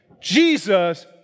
Jesus